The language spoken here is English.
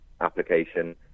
application